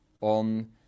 on